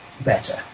better